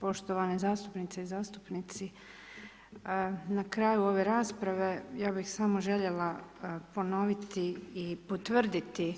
Poštovane zastupnice i zastupnici, na kraju ove rasprave ja bih samo željela ponoviti i potvrditi